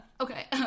okay